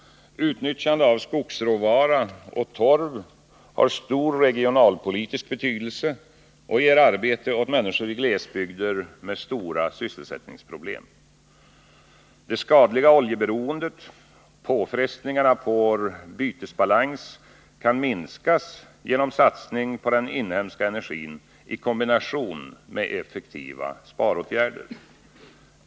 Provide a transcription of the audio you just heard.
Utnyttjande av skogsråvara och torv har stor regionalpolitisk betydelse och ger arbete åt människor i glesbygder med stora sysselsättningsproblem. Det skadliga oljeberoendet och påfrestningarna på vår bytesbalans kan minskas genom satsning på den inhemska energin i kombination med effektiva sparåtgärder.